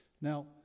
Now